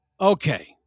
Okay